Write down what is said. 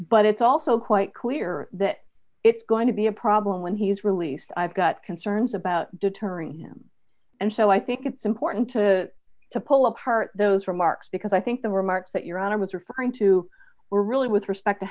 but it's also quite clear that it's going to be a problem when he's released i've got concerns about deterring him and so i think it's important to to pull apart those remarks because i think the remarks that your honor was referring to were really with respect to